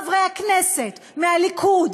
חברי הכנסת מהליכוד,